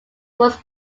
was